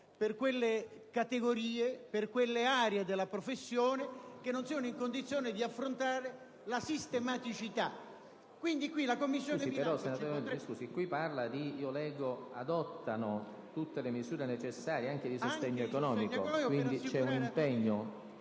per quelle categorie e per quelle aree della professione che non siano in condizioni di affrontarne gli oneri.